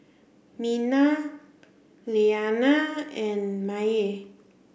Mena Lillianna and Maye